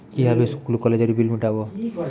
কিভাবে স্কুল কলেজের বিল মিটাব?